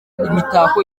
imitako